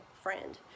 friend